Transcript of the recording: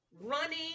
running